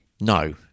no